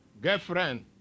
girlfriend